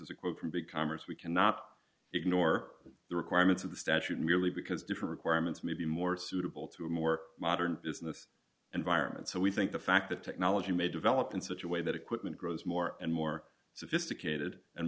is a quote from big commerce we cannot ignore the requirements of the statute merely because different requirements may be more suitable to a more modern business environment so we think the fact that technology may develop in such a way that equipment grows more and more sophisticated and